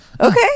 Okay